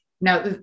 Now